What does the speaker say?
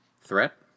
threat